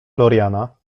floriana